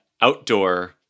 outdoor